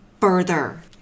further